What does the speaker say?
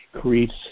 creates